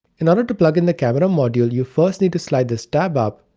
in order to plug in the camera module, you first need to slide this tab up,